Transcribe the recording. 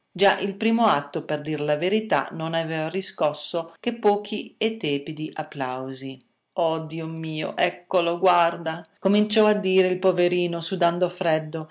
già il primo atto per dir la verità non aveva riscosso che pochi e tepidi applausi oh dio mio eccolo guarda cominciò a dire il poverino sudando freddo